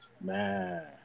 man